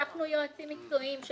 לקחנו יועצים מקצועיים,